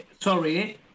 Sorry